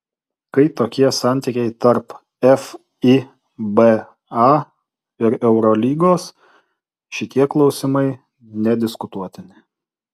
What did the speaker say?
kai tokie santykiai tarp fiba ir eurolygos šitie klausimai nediskutuotini